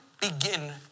begin